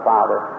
Father